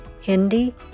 Hindi